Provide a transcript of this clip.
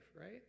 right